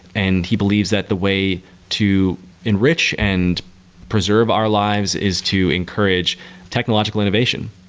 and he believes that the way to enrich and preserve our lives is to encourage technological innovation.